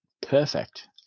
Perfect